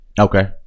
Okay